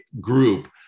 group